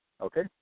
Okay